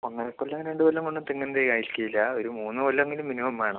ഒന്നര കൊല്ലം രണ്ട് കൊല്ലം കൊണ്ട് തെങ്ങ് തൈ ആയിരിക്കില്ല ഒരു മൂന്ന് കൊല്ലം എങ്കിലും മിനിമം വേണം